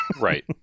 right